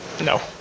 No